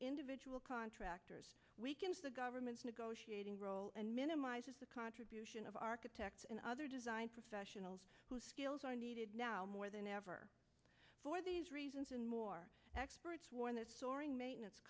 individual contractors weakens the government's negotiating role and minimizes the contribution of architects and other design professionals whose skills are needed now more than ever for these reasons and more experts warn that soaring maintenance